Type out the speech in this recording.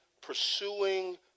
pursuing